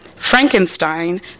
Frankenstein